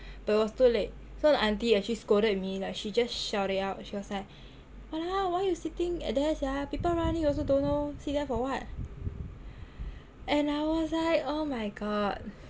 but it was too late so the auntie actually scolded me like she just shout it out she was like !walao! why you sitting at there sia people run in also don't know sit there for [what] and I was like oh my god